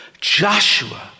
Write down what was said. Joshua